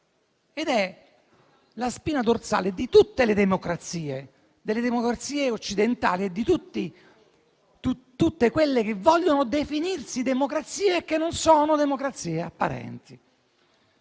è la spina dorsale di tutte le democrazie, di quelle occidentali e di tutte quelle che vogliono definirsi tali perché non sono democrazie apparenti.